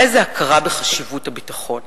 איזה הכרה בחשיבות הביטחון.